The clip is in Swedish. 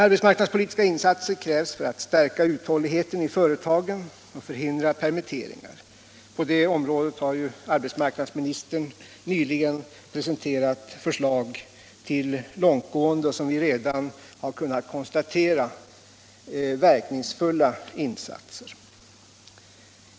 Arbetsmarknadspolitiska insatser krävs för att stärka uthålligheten i företagen och förhindra permitteringar. På det området har arbetsmarknadsministern nyligen presenterat förslag till långtgående — som vi redan har kunnat konstatera — verkningsfulla insatser.